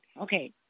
Okay